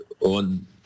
on